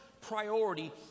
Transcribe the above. priority